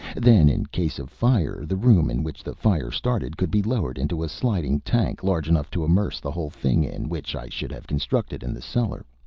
then in case of fire the room in which the fire started could be lowered into a sliding tank large enough to immerse the whole thing in, which i should have constructed in the cellar.